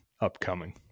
upcoming